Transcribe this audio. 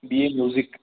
B A music